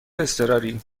اضطراری